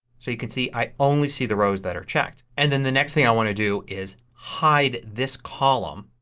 so you can see i've only see the rows that are checked. and then the next thing i want to do is hide this column.